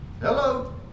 Hello